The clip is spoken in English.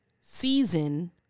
season